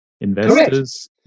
investors